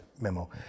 memo